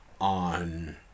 on